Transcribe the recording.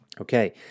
Okay